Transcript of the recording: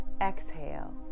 Exhale